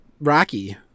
Rocky